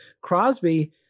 Crosby